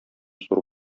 зур